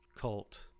cult